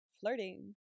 flirting